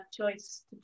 choice